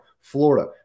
Florida